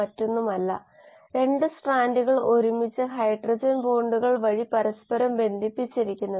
അതുകൊണ്ടു അതുപോലെ A B എന്നിവയിൽ r1 എന്ന നിരക്കിൽ A ഉണ്ടാകുന്നു ഇത് r2 എന്ന നിരക്കിൽ പരിവർത്തനം ചെയ്യപ്പെടുന്നു